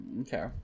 Okay